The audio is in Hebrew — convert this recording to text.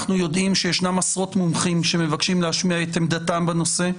אנחנו יודעים שישנם עשרות מומחים שמבקשים להשמיע את עמדתם בנושא.